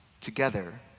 together